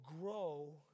grow